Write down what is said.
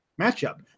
matchup